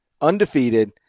undefeated